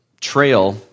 trail